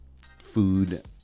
food